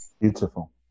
Beautiful